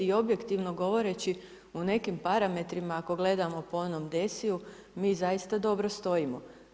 I objektivno govoreći u nekim parametrima ako gledamo po onom DESI-u mi zaista dobro stojimo.